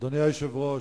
אדוני היושב-ראש,